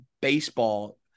baseball